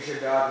מי שבעד,